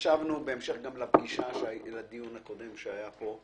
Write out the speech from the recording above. ישבנו בהמשך גם לדיון הקודם שהיה פה,